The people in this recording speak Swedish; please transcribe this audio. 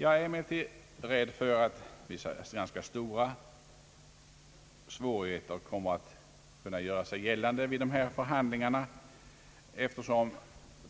Jag är emellertid rädd för att ganska stora svårigheter kommer att göra sig gällande vid dessa förhandlingar, eftersom